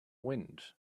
wind